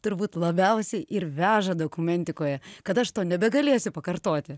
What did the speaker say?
turbūt labiausiai ir veža dokumentikoje kad aš nebegalėsiu pakartoti